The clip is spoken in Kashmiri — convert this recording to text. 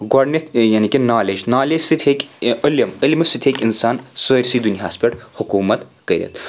گۄڈنیَتھ گٔیِہ یعنے کہِ نالَیج نالَیج سۭتۍ ہیٚکہِ علم علمہِ سۭتۍ ہیٚکہِ اِنسان سٲرسٕے دُنیاہس پؠٹھ حکوٗمت کٔرِتھ